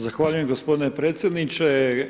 Zahvaljujem gospodine predsjedniče.